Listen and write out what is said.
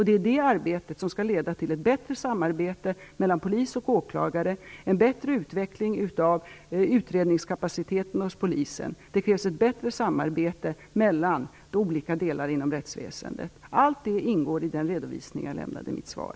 Det är det arbetet som skall leda till ett bättre samarbete mellan polis och åklagare och en bättre utveckling av utredningskapaciteten hos polisen. Det krävs ett bättre samarbete mellan olika delar inom rättsväsendet. Allt detta ingår i den redovisning jag lämnade i mitt svar.